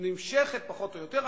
נמשכת פחות או יותר,